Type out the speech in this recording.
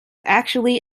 actually